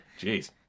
Jeez